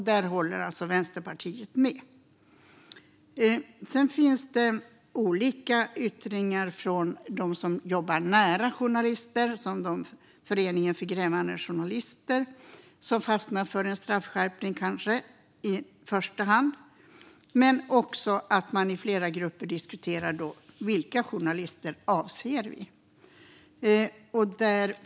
Där håller alltså Vänsterpartiet med. Sedan finns det olika yttringar från dem som jobbar nära journalister. Till exempel Föreningen Grävande Journalister fastnar kanske i första hand för en straffskärpning, medan flera grupper diskuterar vilka journalister vi avser.